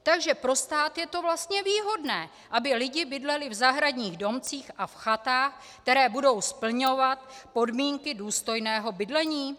Takže pro stát je to vlastně výhodné, aby lidi bydleli v zahradních domcích a v chatách, které budou splňovat podmínky důstojného bydlení?